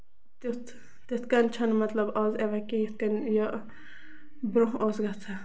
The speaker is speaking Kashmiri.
تیُتھ تِتھۍ کٔنۍ چھِنہٕ مطلب آز ایویلیبٕل یِتھ کٔنۍ برونہہ اوس گژھان